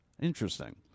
Interesting